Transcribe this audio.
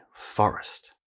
forest